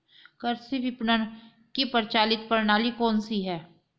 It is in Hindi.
कृषि विपणन की प्रचलित प्रणाली कौन सी है?